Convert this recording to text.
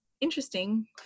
interesting